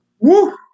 Woo